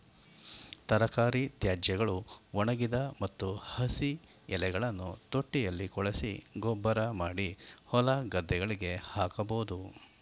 ತರಕಾರಿ ತ್ಯಾಜ್ಯಗಳು, ಒಣಗಿದ ಮತ್ತು ಹಸಿ ಎಲೆಗಳನ್ನು ತೊಟ್ಟಿಯಲ್ಲಿ ಕೊಳೆಸಿ ಗೊಬ್ಬರಮಾಡಿ ಹೊಲಗದ್ದೆಗಳಿಗೆ ಹಾಕಬೋದು